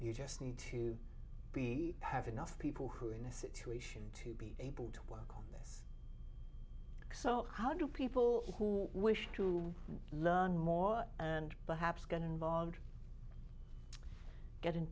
you just need to be have enough people who are in a situation to be able to work so how do people who wish to learn more and perhaps get involved get in